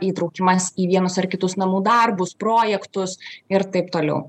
įtraukimas į vienus ar kitus namų darbus projektus ir taip toliau